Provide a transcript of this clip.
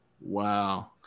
Wow